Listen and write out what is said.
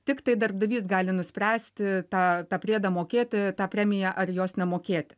tiktai darbdavys gali nuspręsti tą tą priedą mokėti tą premiją ar jos nemokėti